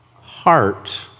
heart